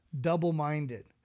Double-minded